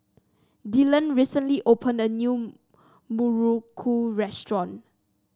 Dylan recently opened a new muruku restaurant